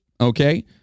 okay